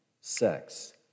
sex